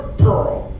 pearl